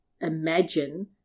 imagine